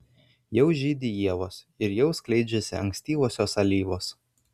jau žydi ievos ir jau skleidžiasi ankstyvosios alyvos